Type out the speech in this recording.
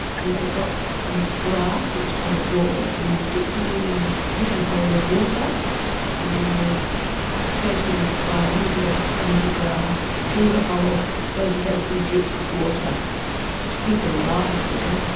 and they got some grass that was quite absorbent and they dipped it in their wooden bowl of water and then they fed him via a little bit of a spongy grass through the hole so he could get a few drips of water to keep him alive really.